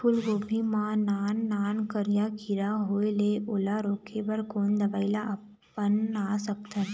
फूलगोभी मा नान नान करिया किरा होयेल ओला रोके बर कोन दवई ला अपना सकथन?